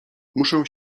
muszę